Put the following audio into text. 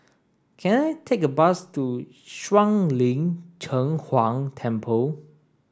can I take a bus to Shuang Lin Cheng Huang Temple